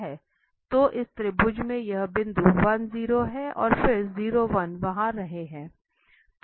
तो इस त्रिभुज में यह बिंदु 10 है और फिर 01 वहाँ रहे हैं